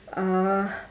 uh